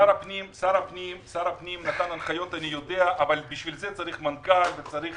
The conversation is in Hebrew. אני יודע ששר הפנים נתן הנחיות אבל בשביל זה צריך מנכ"ל וצריך